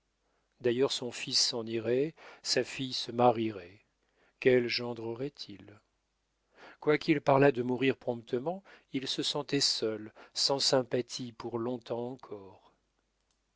d'ailleurs son fils s'en irait sa fille se marierait quel gendre aurait-il quoiqu'il parlât de mourir promptement il se sentait seul sans sympathies pour long-temps encore